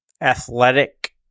athletic